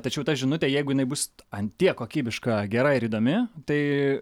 tačiau ta žinutė jeigu jinai bus ant tiek kokybiška gera ir įdomi tai